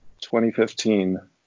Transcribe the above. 2015